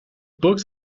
books